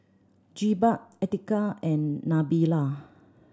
Jebat Atiqah and Nabila